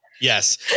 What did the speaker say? Yes